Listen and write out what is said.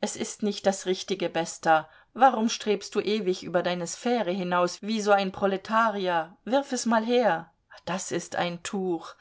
es ist nicht das richtige bester warum strebst du ewig über deine sphäre hinaus wie so ein proletarier wirf es mal her das ist ein tuch